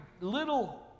little